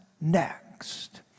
next